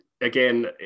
again